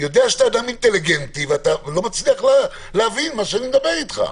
שאתה אינטליגנט ואתה לא מצליח להבין מה שאני מדבר איתך,